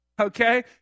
okay